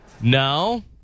No